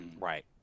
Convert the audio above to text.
Right